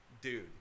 dude